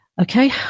Okay